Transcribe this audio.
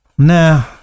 Nah